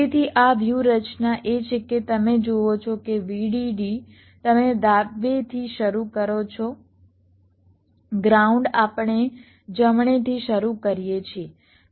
તેથી આ વ્યૂહરચના એ છે કે તમે જુઓ છો કે VDD તમે ડાબેથી શરૂ કરો છો ગ્રાઉન્ડ આપણે જમણેથી શરૂ કરીએ છીએ ચાલો કહીએ ચાલો પહેલા VDD કરીએ